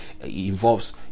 involves